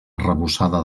arrebossada